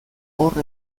hor